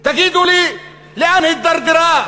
תגידו לי לאן הידרדרה,